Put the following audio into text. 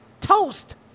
toast